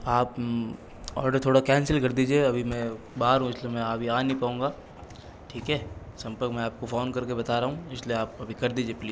आप ऑर्डर थोड़ा कैंसिल कर दीजिए अभी मैं बाहर हूँ तो इसलिए अभी मैं आ नहीं पाऊँगा ठीक है संपर्क मैं आपको फोन करके बता रहा हूँ इसलिए आप अभी कर दीजिए प्लीज़